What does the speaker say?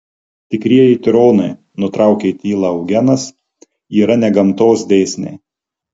tikrieji tironai nutraukė tylą eugenas yra ne gamtos dėsniai